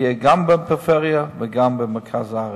יהיו גם בפריפריה וגם במרכז הארץ,